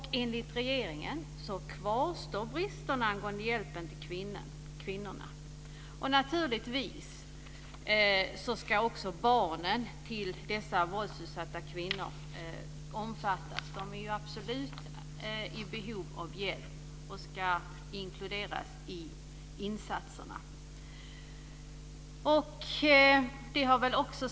Enligt regeringen kvarstår bristerna angående hjälpen till kvinnorna. Naturligtvis ska också barnen till dessa våldsutsatta kvinnor omfattas. De är absolut i behov av hjälp och ska inkluderas i insatserna.